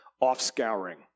off-scouring